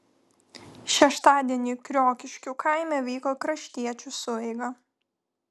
šeštadienį kriokiškių kaime vyko kraštiečių sueiga